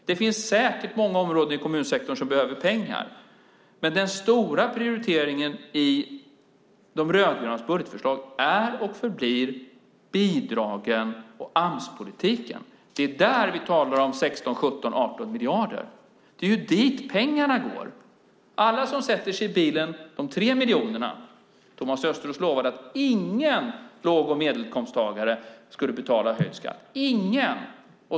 Det finns säkert många områden i kommunsektorn som behöver pengar, men den stora prioriteringen i de rödgrönas budgetförslag är och förblir bidragen och Amspolitiken. Det är där vi talar om 16-17-18 miljarder. Det är dit pengarna går. De som sätter sig i bilen är tre miljoner. Thomas Östros lovade att ingen låg eller medelinkomsttagare skulle betala höjd skatt - ingen.